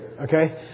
Okay